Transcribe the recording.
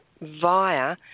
via